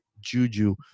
Juju